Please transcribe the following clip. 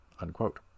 Unquote